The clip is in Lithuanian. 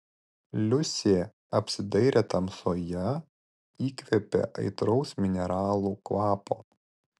liusė apsidairė tamsoje įkvėpė aitraus mineralų kvapo